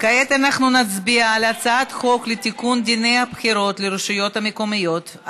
כעת נצביע על הצעת חוק לתיקון דיני הבחירות לרשויות המקומיות,